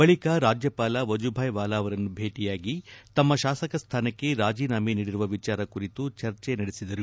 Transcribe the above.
ಬಳಿಕ ರಾಜ್ಯಪಾಲ ವಜೂಬಾಯಿ ವಾಲಾ ಅವರನ್ನು ಬೇಟಿಯಾಗಿ ತಮ್ಮ ಶಾಸಕ ಸ್ಥಾನಕ್ಕೆ ರಾಜೀನಾಮೆ ನೀಡಿರುವ ವಿಚಾರ ಕುರಿತು ಚರ್ಚೆ ನಡೆಸಿದರು